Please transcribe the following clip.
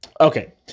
Okay